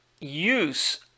use